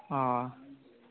ꯑꯪ